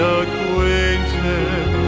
acquainted